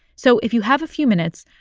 so if you have a few minutes,